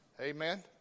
Amen